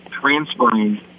transferring